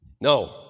no